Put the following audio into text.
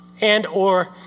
and/or